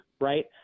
right